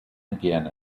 again